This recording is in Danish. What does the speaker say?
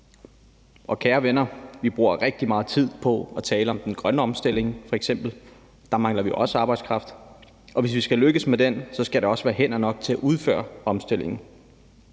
Og kære venner, vi bruger rigtig meget tid på at tale om f.eks. den grønne omstilling. Der mangler vi også arbejdskraft, og hvis vi skal lykkes med den, skal der være hænder nok til at udføre omstillingen.